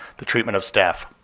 the treatment of staff.